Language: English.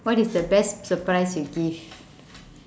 what is the best surprise you give